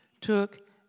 took